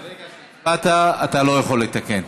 ברגע שהצבעת אתה לא יכול לתקן.